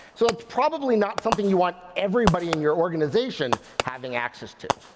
so it's probably not something you want everybody in your organization having access to.